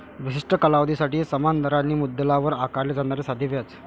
विशिष्ट कालावधीसाठी समान दराने मुद्दलावर आकारले जाणारे साधे व्याज